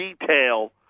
detail